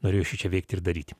norėjo šičia veikti ir daryti